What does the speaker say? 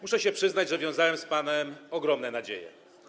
Muszę przyznać, że wiązałem z panem ogromne nadzieje.